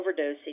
overdosing